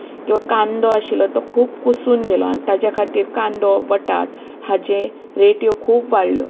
तो कांदो आशिल्लो तो खूब कुसून गेलो आनी ताच्या खातीर कांदो बटाट हाच्यो रेट्यो खूब वाडल्यो